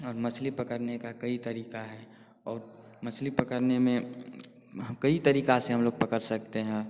और मछली पकड़ने का कई तरीका है और मछली पकड़ने में कई तरीका से हम लोग पकड़ सकते हैं